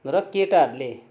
र केटाहरूले